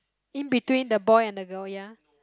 in between the boy and the girl ya